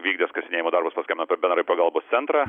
vykdęs kasinėjimo darbus paskambino per bendrąjį pagalbos centrą